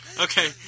Okay